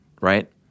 right